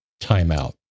timeout